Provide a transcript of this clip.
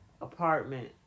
apartment